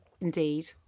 indeed